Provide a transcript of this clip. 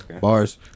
Bars